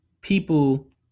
people